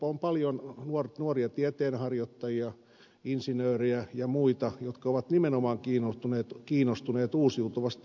on jopa paljon nuoria tieteenharjoittajia insinöörejä ja muita jotka ovat nimenomaan kiinnostuneet uusiutuvasta